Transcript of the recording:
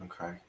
okay